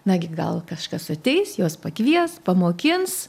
nagi gal kažkas ateis juos pakvies pamokins